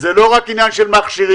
זה לא רק עניין של מכשירים,